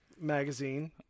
magazine